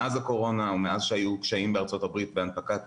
מאז הקורונה ומאז שהיו קשיים בארצות הברית בהנפקת